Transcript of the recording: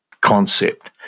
concept